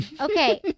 Okay